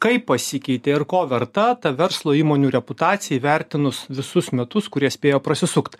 kaip pasikeitė ir ko verta ta verslo įmonių reputacija įvertinus visus metus kurie spėjo prasisukt